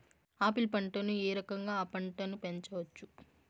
Apple పంటను ఏ రకంగా అ పంట ను పెంచవచ్చు?